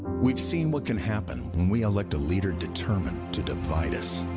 we've seen what can happen when we elect a leader determined to divide us.